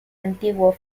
antiguo